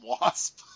Wasp